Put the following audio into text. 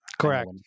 Correct